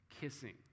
kissing